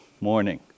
morning